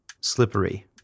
Slippery